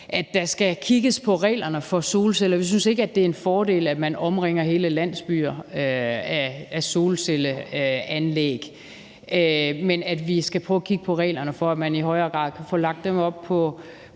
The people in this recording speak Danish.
at der skal kigges på reglerne for solceller. Vi synes ikke, at det er en fordel, at man omringer hele landsbyer med solcelleanlæg, men at vi skal prøve at kigge på reglerne for, at man i højere grad kan få lagt dem op på